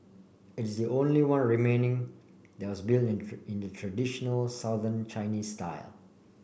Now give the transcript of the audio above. it is the only one remaining that was built in the traditional Southern Chinese style